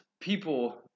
people